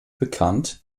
bekannt